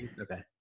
okay